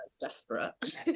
Desperate